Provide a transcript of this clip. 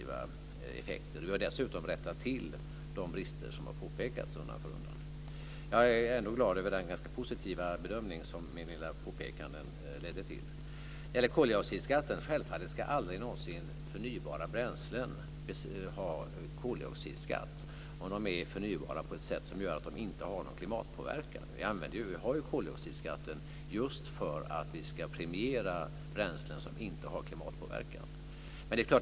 Vi har dessutom undan för undan rättat till de brister som har påpekats. Jag är ändå glad över den ganska positiva bedömning som mitt lilla påpekande ledde till. Självfallet ska förnybara bränslen aldrig någonsin ha koldioxidskatt, om de är förnybara på ett sätt som gör att de inte har klimatpåverkan. Vi har ju koldioxidskatten just för att premiera bränslen som inte har klimatpåverkan.